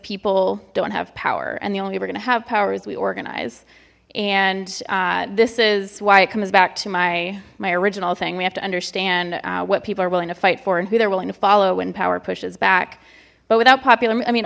people don't have power and the only we're gonna have powers we organize and this is why it comes back to my my original saying we have to understand what people are willing to fight for and who they're willing to follow when power pushes back but without popular i mean